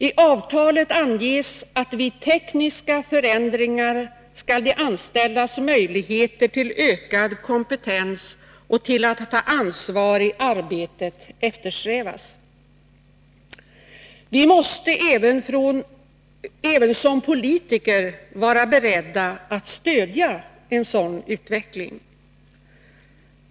I avtalet anges att vid tekniska förändringar skall de anställdas möjligheter till ökad kompetens och till att ta ansvar i arbetet eftersträvas. Vi måste även som politiker vara beredda att stödja en sådan utveckling.